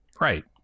Right